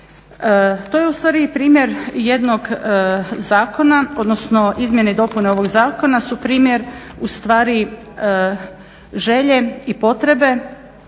To je u stvari i primjer jednog zakona, odnosno izmjene i dopune ovog zakona su primjer u stvari želje i potrebe